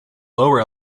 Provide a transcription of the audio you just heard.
lower